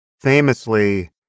famously